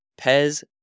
Pez